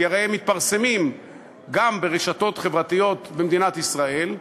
כי הרי הם מתפרסמים גם ברשתות חברתיות במדינת ישראל,